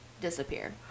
disappear